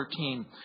13